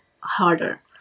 harder